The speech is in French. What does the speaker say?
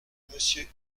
monsieur